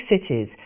cities